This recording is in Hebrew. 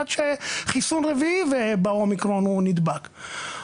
עם חיסון רביעי והוא נדבק באומיקרון.